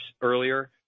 earlier